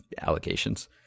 allegations